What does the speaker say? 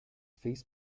face